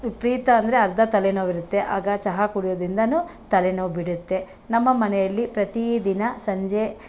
ವಿಪರೀತ ಅಂದರೆ ಅರ್ಧ ತಲೆನೋವಿರತ್ತೆ ಆಗ ಚಹಾ ಕುಡಿಯೋದ್ರಿಂದ ತಲೆನೋವು ಬಿಡುತ್ತೆ ನಮ್ಮ ಮನೆಯಲ್ಲಿ ಪ್ರತಿ ದಿನ ಸಂಜೆ